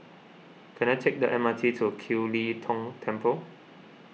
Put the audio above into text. can I take the M R T to Kiew Lee Tong Temple